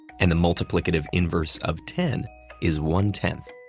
and the multiplicative inverse of ten is one-tenth.